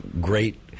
great